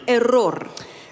error